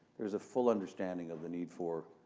there's a full understanding of the need for,